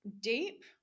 deep